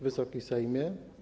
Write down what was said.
Wysoki Sejmie!